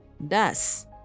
Thus